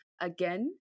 again